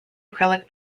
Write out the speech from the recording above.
acrylic